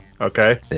Okay